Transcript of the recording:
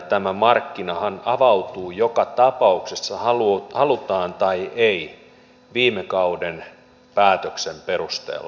tämä markkinahan avautuu joka tapauksessa halutaan tai ei viime kauden päätöksen perusteella